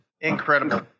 Incredible